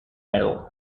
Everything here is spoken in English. medal